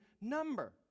number